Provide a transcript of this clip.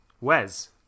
Wes